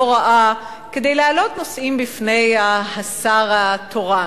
לא רעה להעלות נושאים בפני השר התורן.